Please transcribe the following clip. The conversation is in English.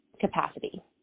capacity